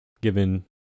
given